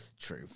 True